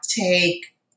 take